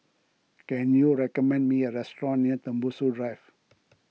can you recommend me a restaurant near Tembusu Drive